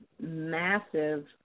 massive